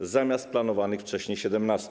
zamiast planowanych wcześniej 17.